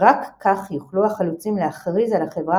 רק כך יוכלו החלוצים להכריז על החברה